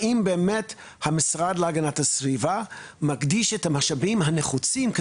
מבחינת התייחסות לערך הסביבה זה לטובת המשך פעילות במשק